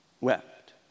wept